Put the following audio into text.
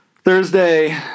Thursday